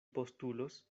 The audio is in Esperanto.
postulos